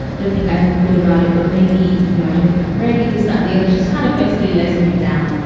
don't think i haven't thought about it. but maybe, you know, i don't think i'm ready this time. the other she's kind of basically letting him down,